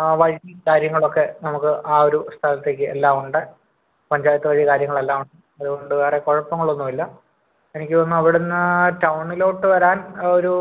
ആ വഴിയും കാര്യങ്ങളും ഒക്കെ നമുക്ക് ആ ഒരു സ്ഥലത്തേക്ക് എല്ലാം ഉണ്ട് പഞ്ചായത്ത് വഴി കാര്യങ്ങൾ എല്ലാം ഉണ്ട് വേറെ കുഴപ്പങ്ങളൊന്നും ഇല്ല എനിക്ക് തോന്നുന്നു അവിടന്ന് ടൗണിലോട്ട് വരാൻ ഒരൂ